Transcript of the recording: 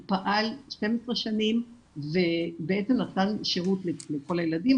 הוא פעל 12 שנים ובעצם נתן שירות לכל הילדים,